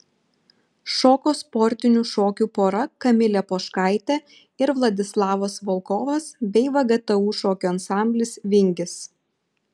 šoko sportinių šokių pora kamilė poškaitė ir vladislavas volkovas bei vgtu šokių ansamblis vingis